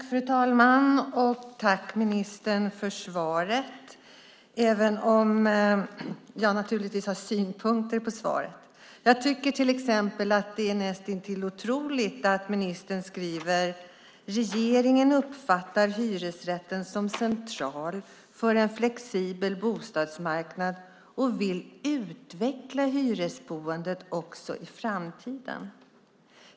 Fru talman! Tack för svaret, ministern, även om jag naturligtvis har synpunkter på svaret. Jag tycker till exempel att det är näst intill otroligt att ministern skriver: "Regeringen uppfattar hyresrätten som central för en flexibel bostadsmarknad och vill utveckla hyresboendet också i framtiden."